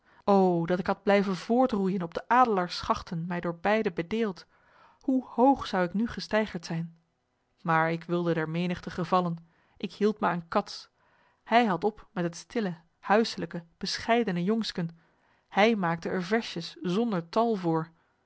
dat ik had blijven voortroeijen op de adelaarsschachten mij door beide bedeeld hoe hoog zou ik nu gesteigerd zijn maar ik wilde der menigte gevallen ik hield me aan cats hij had op met het stille huiselijke bescheidene jongsken hij maakte er versjes zonder tal voor